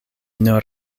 nur